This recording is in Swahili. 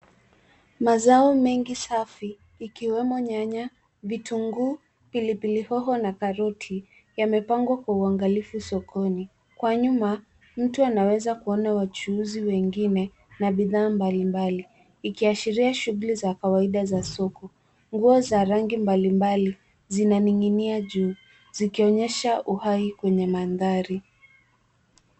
Mazao mengi safi ikiwemo nyanya, vitunguu, pilipili hoho na karoti yamepangwa kwa uangalifu sokoni. Kwa nyuma mtu anaweza kuona wachuuzi wengine na bidhaa mbalimbali ikiashiria shughuli za kawaida za soko. Nguo za rangi mbalimbali zinaning'inia juu zikionyesha uhai kwenye mandhari.